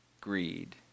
greed